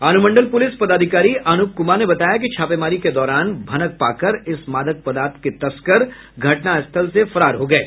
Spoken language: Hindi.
अनुमंडल पुलिस पदाधिकारी अनुप कुमार ने बताया कि छापेमारी के दौरान भनक पाकर इस मादक पदार्थ के तस्कर घटनास्थल से फरार हो गये